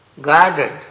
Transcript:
guarded